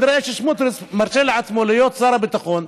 כנראה שסמוטריץ מרשה לעצמו להיות שר הביטחון,